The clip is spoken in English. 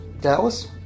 Dallas